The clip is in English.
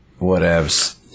whatevs